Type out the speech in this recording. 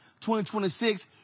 2026